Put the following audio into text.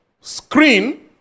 screen